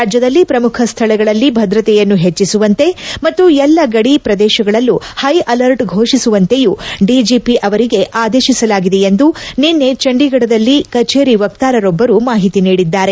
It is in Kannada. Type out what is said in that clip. ರಾಜ್ಯದಲ್ಲಿ ಪ್ರಮುಖ ಸ್ಥಳಗಳಲ್ಲಿ ಭದ್ರತೆಯನ್ನು ಹೆಜ್ಜಿಸುವಂತೆ ಮತ್ತು ಎಲ್ಲ ಗಡಿ ಪ್ರದೇಶಗಳಲ್ಲೂ ಹೈ ಅಲರ್ಟ್ ಘೋಷಿಸುವಂತೆಯೂ ದಿಜಿಪಿ ಅವರಿಗೆ ಆದೇಶಿಸಲಾಗಿದೆ ಎಂದು ನಿನ್ನೆ ಚಂದೀಘಡದಲ್ಲಿ ಕಛೇರಿ ವಕ್ತಾರರೊಬ್ಬರು ಮಾಹಿತಿ ನೀಡಿದ್ದಾರೆ